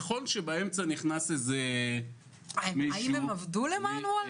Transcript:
נכון שבאמצע נכנס מישהו --- האם הם עבדו למען וולט?